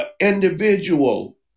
individual